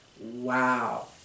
Wow